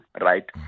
right